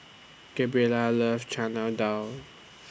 Gabriella loves Chana Dal